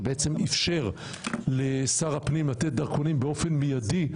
שבעצם אפשר לשר הפנים לתת דרכונים באופן מיידי,